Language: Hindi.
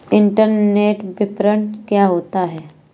इंटरनेट विपणन क्या होता है?